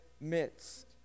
midst